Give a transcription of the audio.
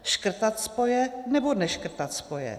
Škrtat spoje, nebo neškrtat spoje?